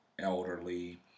elderly